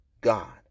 God